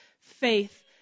faith